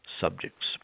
subjects